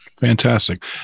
Fantastic